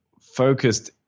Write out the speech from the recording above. focused